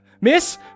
Miss